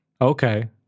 Okay